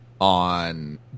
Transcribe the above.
on